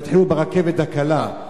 הם יתחילו ברכבת הקלה.